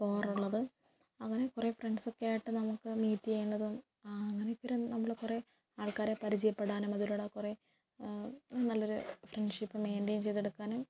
പോകാറുള്ളത് അങ്ങനെ കുറെ ഫ്രണ്ട്സൊക്കെ ആയിട്ട് നമുക്ക് മീറ്റ് ചെയ്യണ്ടതും ആ അങ്ങനെ ഇപ്പം നമ്മള് കുറെ ആൾക്കാരെ പരിചയപ്പെടാനും അതിലൂടെ കുറെ നല്ലൊരു ഫ്രണ്ട്ഷിപ്പ് മെയിൻറ്റയിൻ ചെയ്തെടുക്കാനും